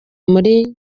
muri